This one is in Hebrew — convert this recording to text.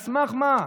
על סמך מה?